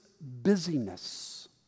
busyness